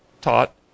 taught